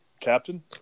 Captain